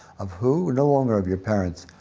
of who? no longer of your parents,